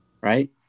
Right